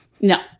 No